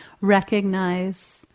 recognize